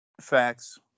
Facts